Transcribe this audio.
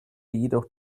jedoch